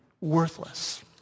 worthless